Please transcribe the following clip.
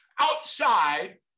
Outside